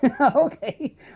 Okay